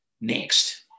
next